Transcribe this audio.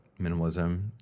minimalism